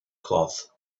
cloth